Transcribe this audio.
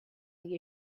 the